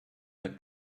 the